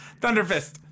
Thunderfist